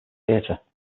theatre